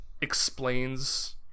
explains